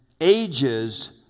Ages